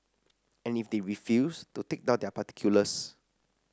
and if they refuse to take down their particulars